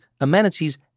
amenities